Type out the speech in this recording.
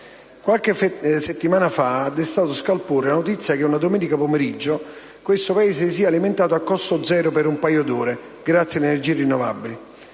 Qualche settimana fa ha destato scalpore la notizia che una domenica pomeriggio questo Paese si sia alimentato a costo zero per un paio d'ore, grazie alle energie rinnovabili.